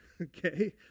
okay